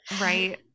Right